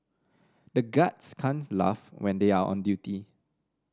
the guards can't laugh when they are on duty